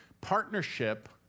Partnership